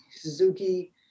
Suzuki